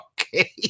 Okay